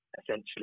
essentially